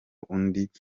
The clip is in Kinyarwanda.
witwa